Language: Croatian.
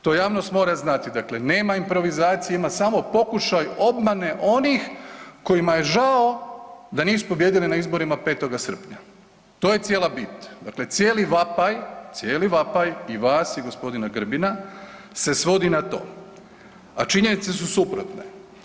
To javnost mora znati, dakle nema improvizacije, ima samo pokušaj obmane onih kojima je žao da nisu pobijedili na izborima 5. srpnja, to je cijela bit, dakle cijeli vapaj, cijeli vapaj i vas i g. Grbina se svodi na to, a činjenice su suprotne.